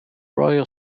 royal